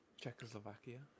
Czechoslovakia